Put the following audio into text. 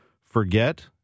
forget